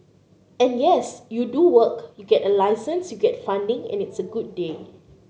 and yes you do work you get a license you get funding and it's a good day